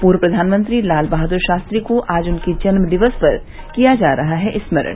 पूर्व प्रधानमंत्री लालबहादुर शास्त्री को आज उनके जन्मदिवस पर किया जा रहा है स्मरण